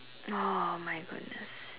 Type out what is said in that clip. !oh-my-goodness!